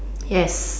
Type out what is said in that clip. yes